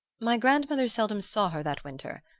my grandmother seldom saw her that winter,